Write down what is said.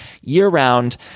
year-round